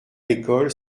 l’école